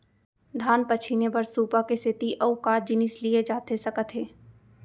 धान पछिने बर सुपा के सेती अऊ का जिनिस लिए जाथे सकत हे?